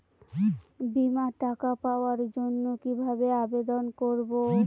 বিমার টাকা পাওয়ার জন্য কিভাবে আবেদন করব?